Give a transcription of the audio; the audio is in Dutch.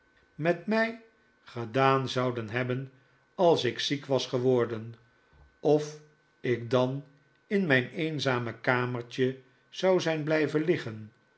met mij gedaan zouden hebben als ik ziek was geworden of ik dan in mijn eenzame kamertje zou zijn blijven liggen